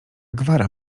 gwara